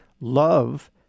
love